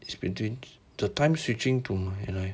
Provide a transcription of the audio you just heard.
it's between the time switching to my line